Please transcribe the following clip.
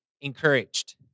encouraged